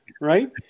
right